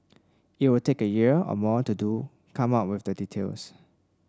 it will take a year or more to do come up with the details